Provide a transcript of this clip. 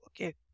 Okay